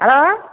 hello